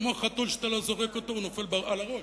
כמו חתול שאיך שאתה לא זורק אותו הוא נופל על הראש,